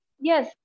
Yes